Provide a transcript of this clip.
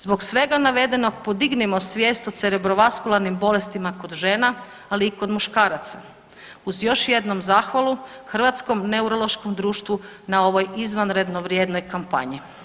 Zbog svega navedenog podignimo svijest o cerebrovaskularnim bolestima kod žena, ali i kod muškaraca uz još jednom zahvalu Hrvatskom neurološkom društvu na ovoj izvanredno vrijednoj kampanji.